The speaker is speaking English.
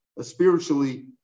spiritually